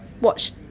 watch